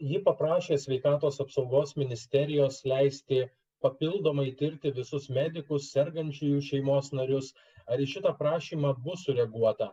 ji paprašė sveikatos apsaugos ministerijos leisti papildomai tirti visus medikus sergančiųjų šeimos narius ar į šitą prašymą bus sureaguota